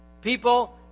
people